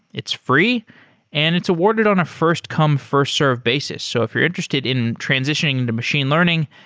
it's free and it's awarded on a first-come first-served basis. so if you're interested in transitioning into machine learning,